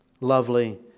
lovely